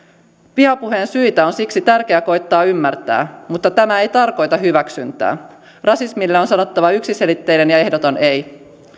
vihapuheen syitä on siksi tärkeää koettaa ymmärtää mutta tämä ei tarkoita hyväksyntää rasismille on sanottava yksiselitteinen ja ehdoton ei